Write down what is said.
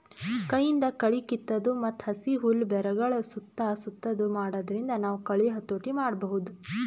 ಕೈಯಿಂದ್ ಕಳಿ ಕಿತ್ತದು ಮತ್ತ್ ಹಸಿ ಹುಲ್ಲ್ ಬೆರಗಳ್ ಸುತ್ತಾ ಸುತ್ತದು ಮಾಡಾದ್ರಿಂದ ನಾವ್ ಕಳಿ ಹತೋಟಿ ಮಾಡಬಹುದ್